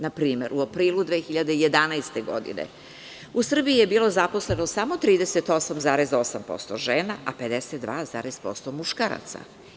Na primer, u aprilu 2011. godine u Srbiji je bilo zaposleno samo 38,8% žena, a 52% muškaraca.